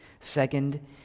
Second